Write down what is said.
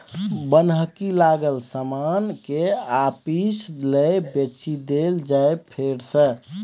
बन्हकी लागल समान केँ आपिस लए बेचि देल जाइ फेर सँ